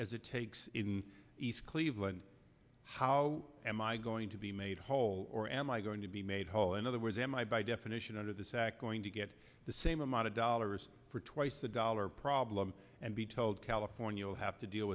as it takes in east cleveland how am i going to be made whole or am i going to be made whole in other words am i by definition under this act going to get the same amount of dollars for twice the dollar problem and be told california will have to deal